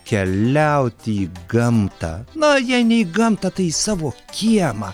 keliauti į gamtą na jei ne į gamtą tai į savo kiemą